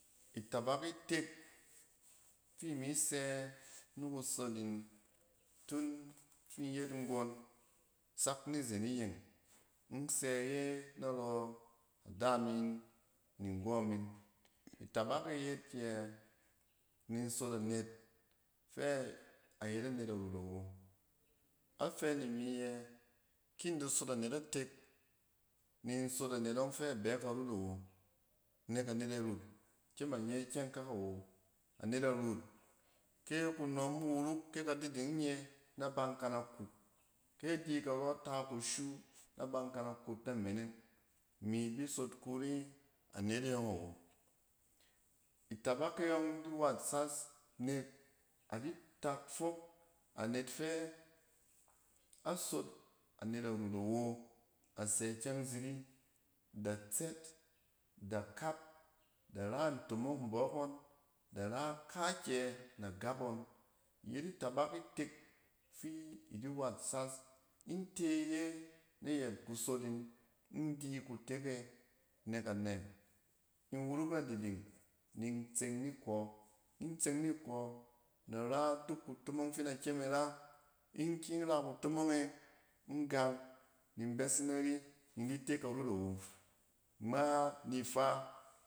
Itabak itek fi mi sɛ ni kusol in tun fi in yet nggon, sak nizen iyeng, in sɛ iye narɔ ada min ni nggɔ mi. Itabak e yet yɛ ninsot anet fɛ ayet anet arut awo. Afɛ nimi yɛ kin da sol anet atek, nin sol anet ɔng fɛ bɛ karut awo. Net anet arut kyem a nye kyɛngkak awo, anet arut, ke kunom wuruk, ke kadiding nye na ban kana kut. Kɛ adi karɔ ta kushi na ban kana kut na meneng. Imi bi sol kuri anete ɔng awo. Itabak e yɔng di wat sas nek adi lak fok anet fɛ asol anet arut awo, a sɛ kyɛng ziri. Da tsɛt, da kap, da ra ntomong mbɔkɔn, da ra kaakyɛ, na gap ngɔn. Iyet itabak itek fi idi wat sas. In te iye nayet kusot in ndi kutek e nek anɛ? In wuruk nididing nin tsen ni kɔ. kin tseng ni kɔ na ra duk kutomong fin da kyem in ra. In kin ra kutomong e in gang, nin bɛsin nari in di te karut awo ngma nifa.